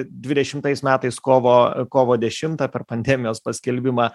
dvidešimais metais kovo kovo dešimtą per pandemijos paskelbimą